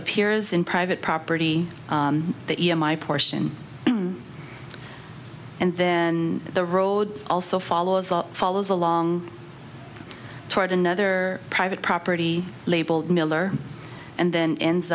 appears in private property that you know my portion and then the road also follow as follows along toward another private property labeled miller and then ends